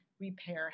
repair